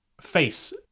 face